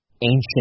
ancient